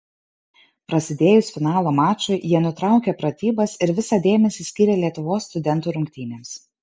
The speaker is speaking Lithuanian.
prasidėjus finalo mačui jie nutraukė pratybas ir visą dėmesį skyrė lietuvos studentų rungtynėms